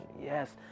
Yes